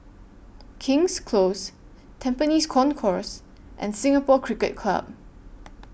King's Close Tampines Concourse and Singapore Cricket Club